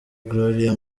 gloria